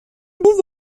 اون